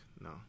no